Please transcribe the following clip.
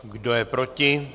Kdo je proti?